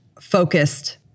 focused